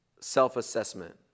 self-assessment